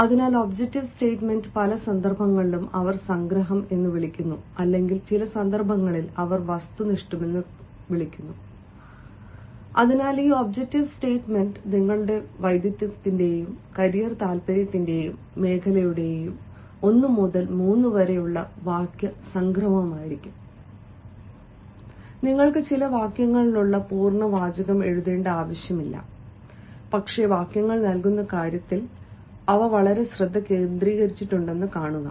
അതിനാൽ objective statement പല സന്ദർഭങ്ങളിലും അവർ സംഗ്രഹം എന്ന് വിളിക്കുന്നു അല്ലെങ്കിൽ ചില സന്ദർഭങ്ങളിൽ അവർ വസ്തുനിഷ്ഠമെന്ന് വിളിക്കുന്നു അതിനാൽ ഈ ഒബ്ജക്റ്റീവ് സ്റ്റേറ്റ്മെന്റ് നിങ്ങളുടെ വൈദഗ്ധ്യത്തിന്റെയും കരിയർ താൽപ്പര്യത്തിന്റെയും മേഖലയുടെ ഒന്ന് മുതൽ 3 വരെയുള്ള വാക്യ സംഗ്രഹമായിരിക്കണം നിങ്ങൾക്ക് ചില വാക്യങ്ങളുള്ള പൂർണ്ണ വാചകം എഴുതേണ്ട ആവശ്യമില്ല പക്ഷേ വാക്യങ്ങൾ നൽകുന്ന കാര്യത്തിൽ അവ വളരെ ശ്രദ്ധ കേന്ദ്രീകരിച്ചിട്ടുണ്ടെന്ന് കാണുക